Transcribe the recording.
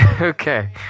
okay